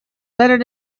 better